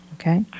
Okay